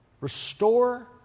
Restore